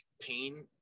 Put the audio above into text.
pain